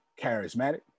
charismatic